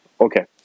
Okay